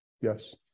Yes